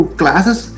classes